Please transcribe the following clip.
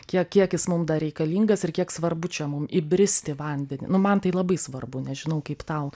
kiek kiek jis mum dar reikalingas ir kiek svarbu čia mum įbrist į vandenį man tai labai svarbu nežinau kaip tau